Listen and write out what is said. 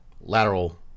Lateral